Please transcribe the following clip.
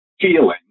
feeling